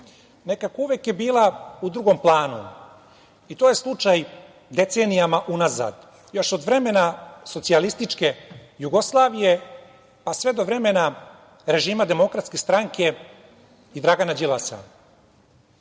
nekako uvek je bila u drugom planu i to je slučaj decenijama unazad, još od vremena socijalističke Jugoslavije, pa sve do vremena režima DS i Dragana Đilasa. Svedoci